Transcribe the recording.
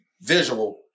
visual